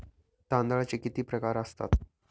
तांदळाचे किती प्रकार असतात?